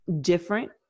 different